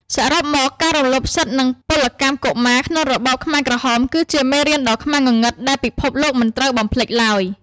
សរុបមក ការរំលោភសិទ្ធិ និងពលកម្មកុមារក្នុងរបបខ្មែរក្រហម គឺជាមេរៀនដ៏ខ្មៅងងឹតដែលពិភពលោកមិនត្រូវបំភ្លេចឡើយ។